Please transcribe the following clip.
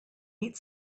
meet